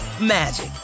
magic